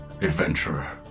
adventurer